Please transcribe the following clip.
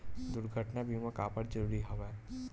दुर्घटना बीमा काबर जरूरी हवय?